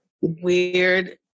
weird